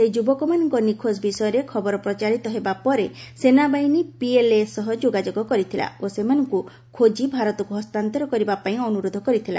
ସେହି ଯୁବକମାନଙ୍କ ନିଖୋଜ ବିଷୟରେ ଖବର ପ୍ରଚାରିତ ହେବା ପରେ ସେନାବାହିନୀ ପିଏଲ୍ଏ ସହ ଯୋଗାଯୋଗ କରିଥିଲା ଓ ସେମାନଙ୍କୁ ଖୋଜି ଭାରତକୁ ହସ୍ତାନ୍ତର କରିବା ପାଇଁ ଅନୁରୋଧ କରିଥିଲା